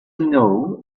know